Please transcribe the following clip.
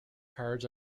cards